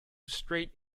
straight